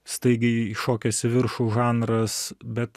staigiai iššokęs į viršų žanras bet